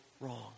wrong